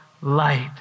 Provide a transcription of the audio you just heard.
light